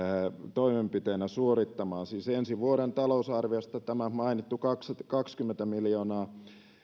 toimenpiteenä suorittamaan siis ensi vuoden talousarviosta tämä mainittu kaksikymmentä miljoonaa